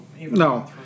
No